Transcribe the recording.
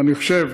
אני חושב,